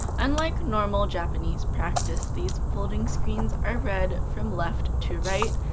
unlike normal japanese practice, these folding screens are read from left to right,